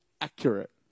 accurate